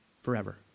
forever